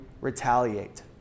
retaliate